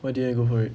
what didn't go for it